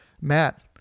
Matt